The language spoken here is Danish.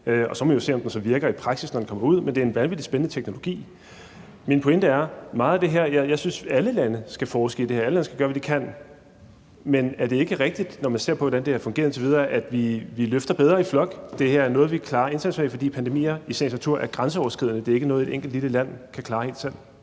og så må vi jo se, om den virker i praksis, når den kommer ud. Men det er en vanvittig spændende teknologi. Min pointe er i forhold til meget af det her, at jeg synes, at alle lande skal forske i det her, at alle lande skal gøre, hvad de kan, men er det ikke rigtigt, når man ser på, hvordan det har fungeret indtil videre, at vi løfter bedre i flok, at det her er noget, vi kan klare internationalt, fordi pandemier i sagens natur er grænseoverskridende og ikke er noget, et enkelt lille land kan klare helt selv?